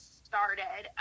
started